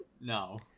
No